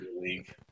league